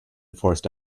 forced